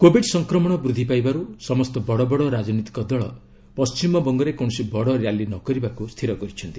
Covid ସଂକ୍ରମଣ ବୃଦ୍ଧି ପାଉଥିବାରୁ ସମସ୍ତ ବଡ଼ବଡ଼ ରାଜନୈତିକ ଦଳ ପଶ୍ଚିମବଙ୍ଗରେ କୌଣସି ବଡ଼ ର୍ୟାଲି ନ କରିବାକୁ ସ୍ଥିର କରିଛନ୍ତି